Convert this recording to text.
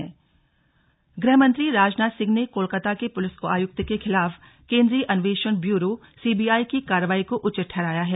slug Rajnath Singh गृह मंत्री राजनाथ सिंह ने कोलकाता के पुलिस आयुक्त के खिलाफ केन्द्रीय अन्वेनषण ब्यूरो सीबीआई की कार्रवाई को उचित ठहराया है